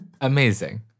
Amazing